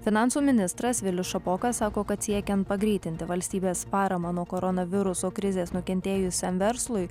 finansų ministras vilius šapoka sako kad siekiant pagreitinti valstybės paramą nuo koronaviruso krizės nukentėjusiam verslui